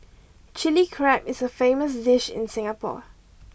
chilli crab is a famous dish in Singapore